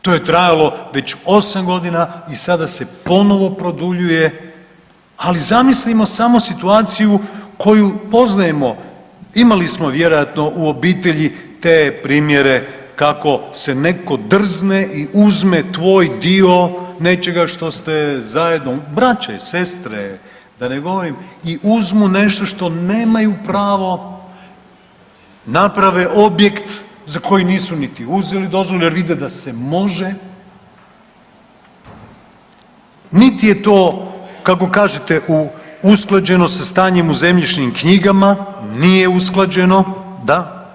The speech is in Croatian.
To je trajalo već osam godina i sada se ponovo produljuje, ali zamislimo samo situaciju koju poznajemo, imali smo vjerojatno u obitelji te primjere kako se netko drzne i uzme tvoj dio nečega što ste zajedno, braća i sestre da ne govorim i uzmu nešto što nemaju pravo, naprave objekt za koji nisu niti uzeli dozvolu jer vide da se može, niti je to kako kažete usklađeno sa stanjem u zemljišnim knjigama, nije usklađeno, da.